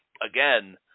again